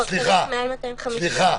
צריך מעל 250 --- סליחה,